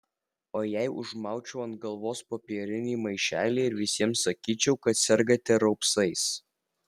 o jei užmaučiau ant galvos popierinį maišelį ir visiems sakyčiau kad sergate raupsais